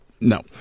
No